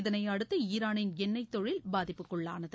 இதனை அடுத்து ஈரானின் எண்ணெய் தொழில் பாதிப்புக்குள்ளானது